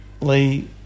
Lee